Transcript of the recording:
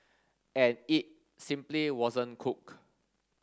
and it simply wasn't cooked